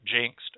jinxed